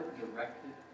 directed